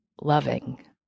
loving